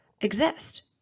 exist